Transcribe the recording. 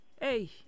Hey